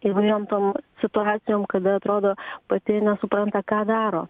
įvairiom tom situacijom kada atrodo pati nesupranta ką daro